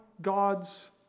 God's